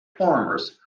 farmers